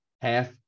half